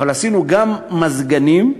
עשינו את זה גם לגבי מזגנים,